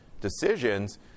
decisions